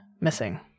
missing